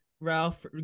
Ralph